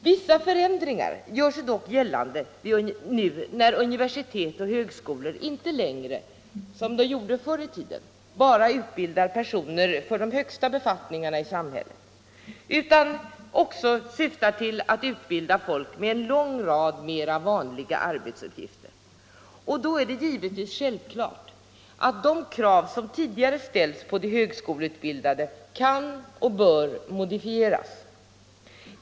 Vissa förändringar gör sig dock gällande nu när universitet och högskolor inte längre, som de gjorde förr i tiden, bara utbildar personer för de högsta befattningarna i samhället utan också syftar till att utbilda folk med en lång rad mer vanliga arbetsuppgifter. Då är det givetvis självklart att de krav som tidigare ställts på de högskoleutbildade kan och bör modifieras.